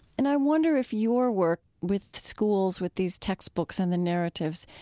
and i wonder if your work with schools, with these textbooks and the narratives,